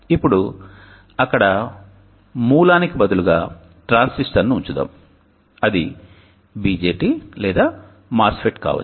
ఇప్పుడు అక్కడ ఒక మూలానికి బదులుగా ట్రాన్సిస్టర్ను ఉంచుదాము అది BJT లేదా MOSFET కావచ్చు